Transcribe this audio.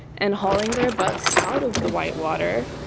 and hauling their butts out of the whitewater,